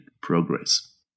progress